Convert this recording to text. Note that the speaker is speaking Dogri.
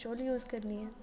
चुल्ल यूज करनी ऐ